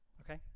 okay